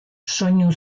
soinu